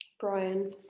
Brian